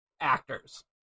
actors